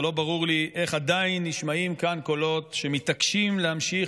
ולא ברור לי איך עדיין נשמעים כאן קולות שמתעקשים להמשיך